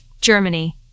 Germany